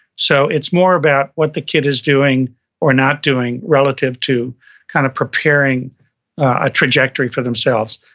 so it's more about what the kid is doing or not doing relative to kind of preparing a trajectory for themselves.